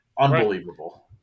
unbelievable